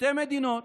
שתי מדינות,